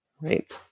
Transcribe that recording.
Right